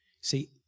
See